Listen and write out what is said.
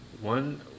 one